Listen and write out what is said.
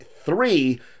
three